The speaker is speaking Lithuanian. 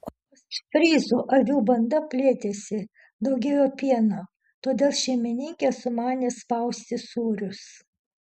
ostfryzų avių banda plėtėsi daugėjo pieno todėl šeimininkė sumanė spausti sūrius